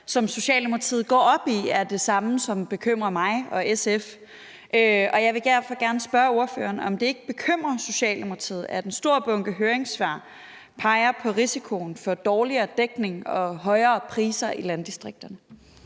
som Socialdemokratiet i hvert fald går op i, er det samme, som bekymrer mig og SF. Og jeg vil derfor gerne spørge ordføreren, om det ikke bekymrer Socialdemokratiet, at en stor bunke høringssvar peger på risikoen for dårligere dækning og højere priser i landdistrikterne.